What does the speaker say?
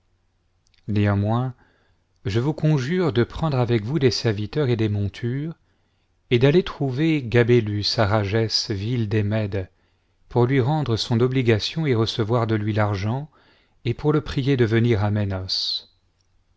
néanmoins je vous conjure de prendre avec vous des serviteurs et des montures et d'aller trouver gabélus à rages nlle des mèdes pour lui rendre son obligation et recevoir de lui l'argent et pour le prier de venir à mes noces